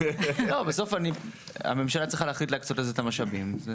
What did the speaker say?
בסוף הממשלה צריכה להחליט להצקות לזה את המשאבים.